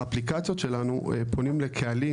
האפליקציות שלנו פונות לקהלים,